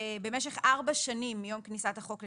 במשך 4 שנים מיום כניסת החוק לתוקף,